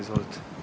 Izvolite.